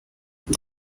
this